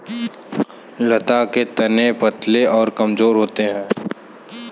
लता के तने पतले और कमजोर होते हैं